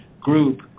Group